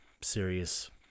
serious